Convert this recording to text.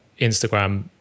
Instagram